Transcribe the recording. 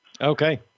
Okay